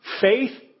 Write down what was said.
faith